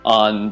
on